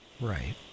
Right